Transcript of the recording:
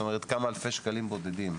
זאת אומרת כמה אלפי שקלים בודדים.